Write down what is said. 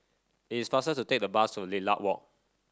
it's faster to take the bus to Lilac Walk